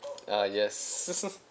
ah yes